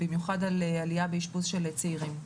במיוחד עלייה באשפוז של צעירים,